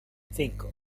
cinco